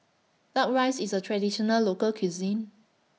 Duck Rice IS A Traditional Local Cuisine